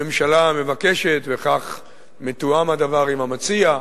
הממשלה מבקשת, וכך מתואם הדבר עם המציע,